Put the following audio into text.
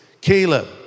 Caleb